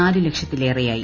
നാലുലക്ഷത്തിലേറെയായി